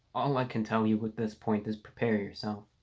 all i can tell you with this point is prepare yourself